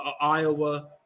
Iowa –